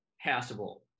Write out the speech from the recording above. passable